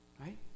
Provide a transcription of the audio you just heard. Right